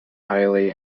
highly